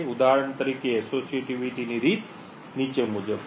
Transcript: ઉદાહરણ તરીકે એસોશિએટિવિટી ની રીત નીચે મુજબ છે